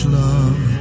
love